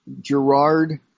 Gerard